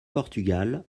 portugal